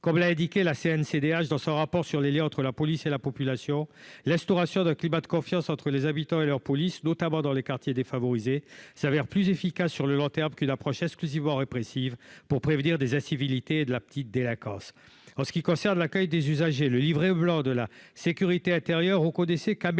comme l'a indiqué la Cncdh dans son rapport sur les Liens entre la police et la population, l'instauration d'un climat de confiance entre les habitants et leurs police notamment dans les quartiers défavorisés s'avère plus efficace sur le long terme qu'une approche exclusivement répressive pour prévenir des incivilités de la petite délinquance en ce qui concerne l'accueil des usagers, le livre blanc de la sécurité intérieure, reconnaissez